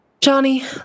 Johnny